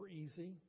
easy